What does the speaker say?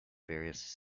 various